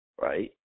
right